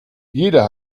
jeder